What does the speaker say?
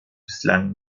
bislang